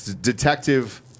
Detective